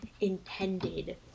intended